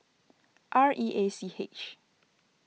R E A C H